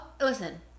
Listen